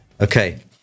Okay